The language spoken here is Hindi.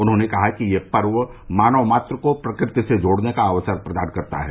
उन्होंने कहा कि यह पर्व मानव मात्र को प्रकृति से जुड़ने का अवसर प्रदान करता है